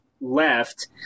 left